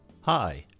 Hi